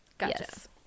yes